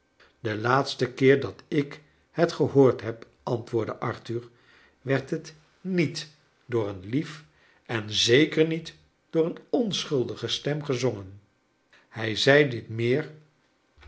den laatsten keer dat ik het gehoord heb antwoordde arthur werd het niet door een lieve en zeker niet door een onschuldige stem gezongen hij zei dit meer